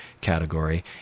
category